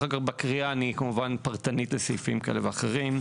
אחר כך בקריאה אני כמובן פרטנית לסעיפים כאלה ואחרים.